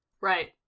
Right